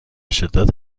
شدت